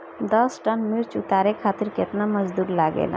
दस टन मिर्च उतारे खातीर केतना मजदुर लागेला?